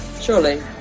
Surely